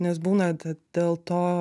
nes būna dėl to